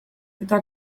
eta